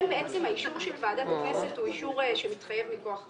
האישור של ועדת הכנסת הוא אישור שמתחייב מכוח החוק.